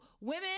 women